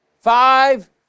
five